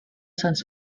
sons